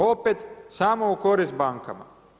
Opet samo u korist bankama.